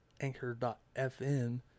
anchor.fn